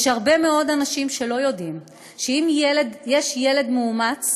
יש הרבה מאוד אנשים שלא יודעים שאם יש ילד מאומץ,